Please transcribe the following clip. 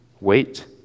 wait